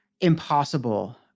impossible